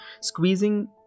squeezing